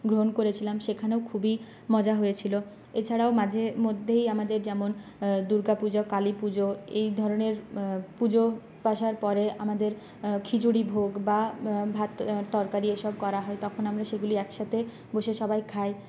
গ্রহণ করেছিলাম সেখানেও খুবই মজা হয়েছিল এছাড়াও মাঝেমধ্যেই আমাদের যেমন দুর্গাপুজো কালীপুজো এই ধরনের পুজো পাশার পরে আমাদের খিচুড়ি ভোগ হোক বা ভাত তরকারি এইসব করা হয় তখন আমরা সেগুলি একসাথে বসে সবাই খাই